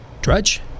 Drudge